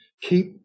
Keep